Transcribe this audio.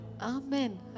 Amen